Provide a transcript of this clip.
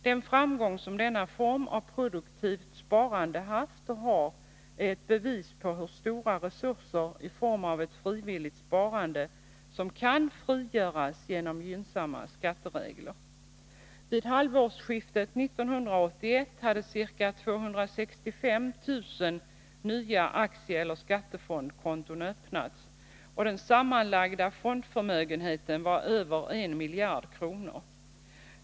Den framgång som denna form av produktivt sparande haft och har är ett bevis på hur stora resurser som i form av ett frivilligt sparande kan frigöras genom gynnsamma skatteregler. Vid halvårsskiftet 1981 hade ca 265 000 nya aktieeller skattefondskonton öppnats, och den sammanlagda fondförmögenheten var över 1 miljard kronor.